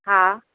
हा